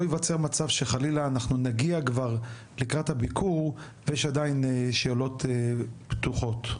ייווצר מצב שחלילה נגיע לקראת הביקור ויש עדיין שאלות פתוחות.